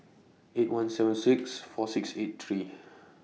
eight one seven six four six eight three